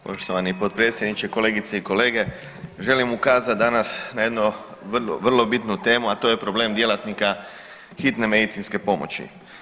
Poštovani potpredsjedniče, kolegice i kolege želim ukazati danas na jednu vrlo bitnu temu, a to je problem djelatnika Hitne medicinske pomoći.